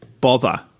bother